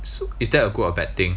so is that a good or bad thing